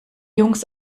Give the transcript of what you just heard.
jungs